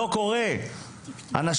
למרות שגם נשים זכאיות לעשות ספורט.